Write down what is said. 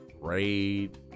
raid